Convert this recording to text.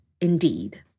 Indeed